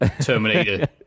Terminator